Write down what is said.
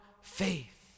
faith